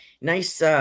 Nice